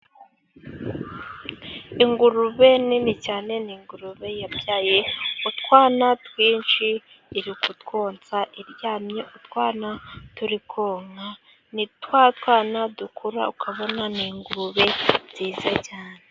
Ingurube nini cyane, ni ingurube yabyaye utwana twinshi, iri kutwonsa iryamye utwana turi konka . Ni twatwana dukura, ukabona ni ingurube nziza cyane.